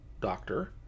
doctor